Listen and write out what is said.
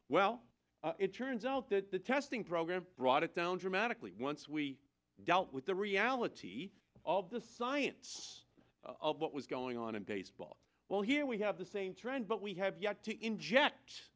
well it turns out that the testing program brought it down dramatically once we dealt with the reality of the science of what was going on in baseball well here we have the same trend but we have yet to inject